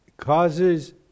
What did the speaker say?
Causes